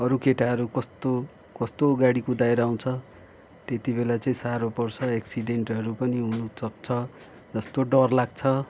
अरू कोटाहरू कस्तो कस्तो गाडी कुदाएर आउँछ त्यति बेला चाहिँ साह्रो पर्छ एक्सिडेन्टहरू पनि हुनसक्छ कस्तो डर लाग्छ